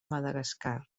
madagascar